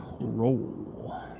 roll